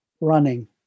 Running